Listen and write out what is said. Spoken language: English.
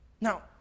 Now